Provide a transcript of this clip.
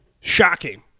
shocking